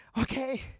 Okay